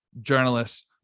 journalists